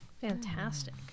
fantastic